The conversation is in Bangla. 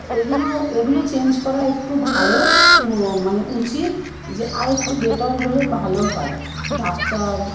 এগুলো এগুলো চেঞ্জ করা একটু ভালো ও মানে উচিত যে আর একটু বেটার হলে ভালো হয় ডাক্তার